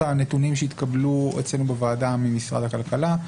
הנתונים שהתקבלו אצלנו בוועדה ממשרד הכלכלה,